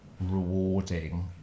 rewarding